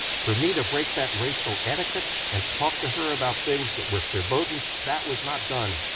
for me to break that racial etiquette and talk to her about things that were verboten, that was not done,